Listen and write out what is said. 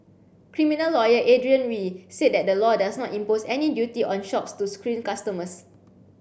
criminal lawyer Adrian Wee said that the law does not impose any duty on shops to screen customers